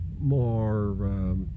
more